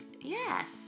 yes